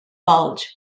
budge